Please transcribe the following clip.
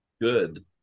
good